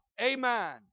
Amen